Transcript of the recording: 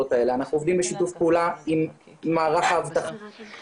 אנחנו עובדים בשיתוף פעולה עם מערך האבטחה,